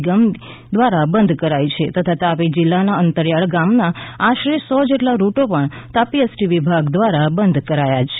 નિગમની દ્વારા બંધ કરાઈ છે તથા તાપી જિલ્લાના અંતરિયાળ ગામોના આશરે સો જેટલા રૂટો પણ તાપી એસટી વિભાગ દ્વારા બંધ કરાયા છે